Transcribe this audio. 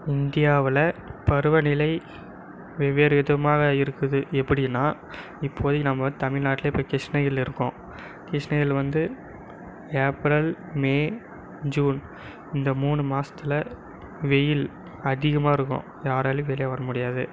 இந்தியாவில் பருவநிலை வெவ்வேறு விதமாக இருக்குது எப்படினா இப்போதிக்கு நம்ப தமிழ்நாட்டில் இப்போ கிருஷ்ணகிரிலருக்கோம் கிருஷ்ணகிரியில வந்து ஏப்ரல் மே ஜூன் இந்த மூணு மாசத்தில் வெயில் அதிகமாகருக்கும் யாராலையும் வெளியே வர முடியாது